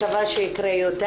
מקווה שיקרה יותר.